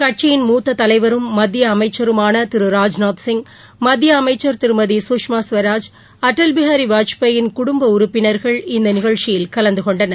கட்சியின் மூத்த தலைவரும் மத்திய அமைச்சருமான திரு ராஜ்நாத்சிங் மத்திய அமைச்சர் திருமதி சுஷ்மா ஸ்வராஜ் அடல் பிகாரி வாஜ்பாயின் குடும்ப உறுப்பினர்கள் இந்த நிகழ்ச்சியில் கலந்து கொண்டனர்